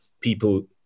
people